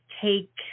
take